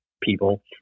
people